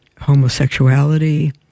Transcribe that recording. homosexuality